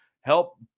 help